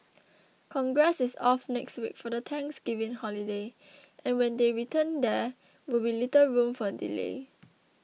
congress is off next week for the Thanksgiving holiday and when they return there will be little room for delay